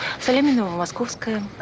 salami novomoskovkaya,